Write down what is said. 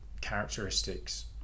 characteristics